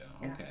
Okay